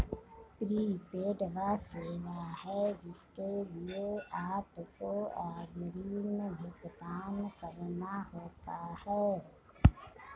prepaid वह सेवा है जिसके लिए आपको अग्रिम भुगतान करना होता है